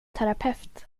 terapeut